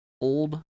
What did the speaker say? old